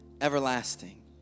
everlasting